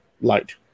light